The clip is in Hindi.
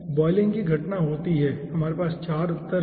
बॉयलिंग की घटना होती है हमारे पास 4 उत्तर हैं